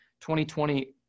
2020